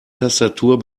tastatur